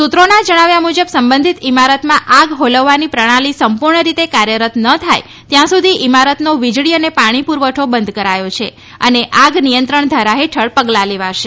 સુત્રોના જણાવ્યા મુજબ સંબંધીત ઈમારતમાં આગ ઓલવવાની પ્રણાલી સંપૂર્ણ રીતે કાર્યરત ન થાય ત્યાં સુધી ઈમારતનો વિજળી અને પાણી પુરવઠો બંધ કરાયો છે અને આગ નિયંત્રણ ધારા હેઠળ પગલાં લેવાશે